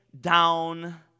down